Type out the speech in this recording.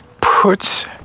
puts